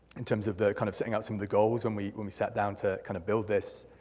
in terms of the kind of setting up some of the goals when we when we sat down to kind of build this.